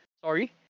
Sorry